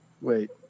wait